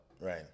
Right